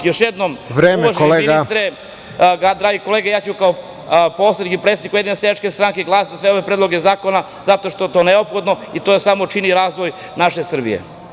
Još jednom, uvaženi ministre, drage kolege, ja ću kao poslanik i predsednik Ujedinjene seljačke stranke, glasati za sve ove predloge zakona, zato što je to neophodno i to samo čini razvoj naše Srbije.